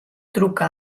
truca